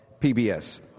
PBS